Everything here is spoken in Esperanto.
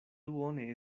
duone